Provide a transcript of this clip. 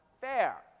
fair